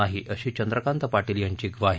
नाही अशी चंद्रकांत पाटील यांची ग्वाही